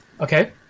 Okay